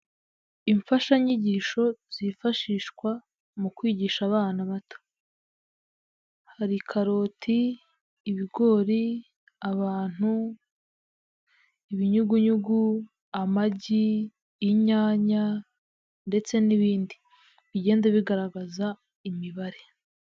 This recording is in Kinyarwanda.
Imfashanyigisho zifashishwa mu kwigisha abana bato. Hari karoti, ibigori, abantu, ibinyugunyugu, amagi, inyanya, ndetse n'ibindi bigenda bigaragaza imibare.